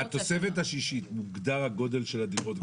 בתוספת השישית מוגדר הגודל של הדירות?